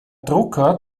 drucker